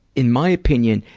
in my opinion,